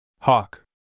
Hawk